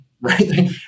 right